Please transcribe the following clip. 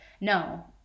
no